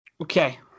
Okay